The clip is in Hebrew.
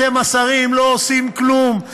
אתם השרים לא עושים כלום,